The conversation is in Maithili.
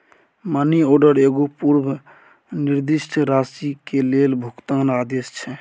मनी ऑर्डर एगो पूर्व निर्दिष्ट राशि के लेल भुगतान आदेश छै